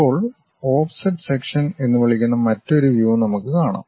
ഇപ്പോൾ offset section എന്ന് വിളിക്കുന്ന മറ്റൊരു വ്യൂ നമുക്ക് നോക്കാം